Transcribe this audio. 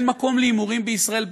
אין מקום להימורים בישראל,